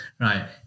Right